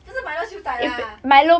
就是 milo siew dai lah